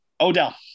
Odell